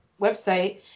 website